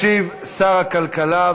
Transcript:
ישיב שר הכלכלה.